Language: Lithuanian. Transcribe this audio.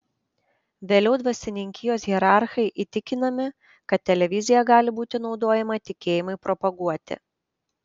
vėliau dvasininkijos hierarchai įtikinami kad televizija gali būti naudojama tikėjimui propaguoti